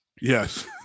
Yes